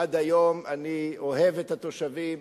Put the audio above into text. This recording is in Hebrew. עד היום אני אוהב את התושבים.